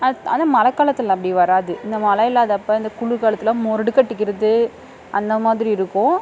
அது ஆனால் மழைக்காலத்துல அப்படி வராது இந்த மழை இல்லாதப்ப இந்த குளிர் காலத்தில் மொரடு கட்டிக்கிறது அந்த மாதிரி இருக்கும்